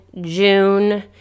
June